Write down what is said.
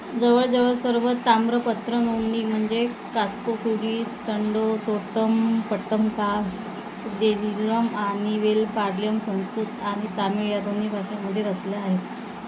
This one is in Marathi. जवळजवळ सर्व ताम्रपत्र नोंदणी म्हणजे कासक्कुडि तण्डन्तोट्टम् पट्टमका देलरम आणि वेलपाडलम संस्कृत आणि तामिळ या दोन्ही भाषेमध्ये रचल्या आहेत